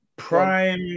Prime